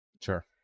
Sure